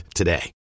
today